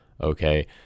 Okay